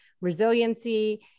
resiliency